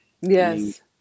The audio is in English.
Yes